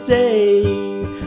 days